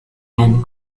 and